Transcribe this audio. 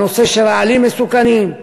הנושא של רעלים מסוכנים,